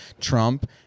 Trump